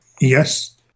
Yes